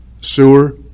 sewer